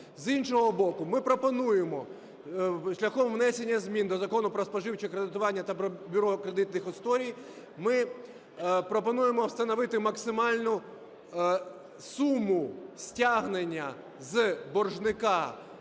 З іншого боку ми пропонуємо шляхом внесення змін до Закону "Про споживче кредитування" та про бюро кредитних історій, ми пропонуємо встановити максимальну суму стягнення з боржника